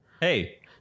Hey